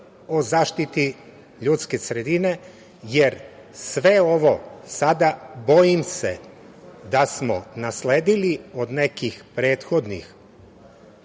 o zaštiti ljudske sredine, jer sve ovo sada bojim se da smo nasledili od nekih prethodnih